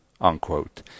unquote